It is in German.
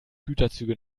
güterzüge